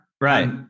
Right